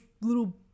little